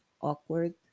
awkward